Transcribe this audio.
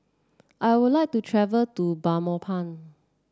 I would like to travel to Belmopan